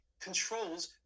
controls